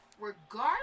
Regardless